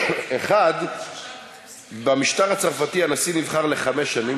1. במשטר הצרפתי הנשיא נבחר לחמש שנים,